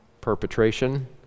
perpetration